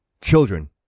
children